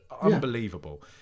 unbelievable